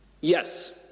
Yes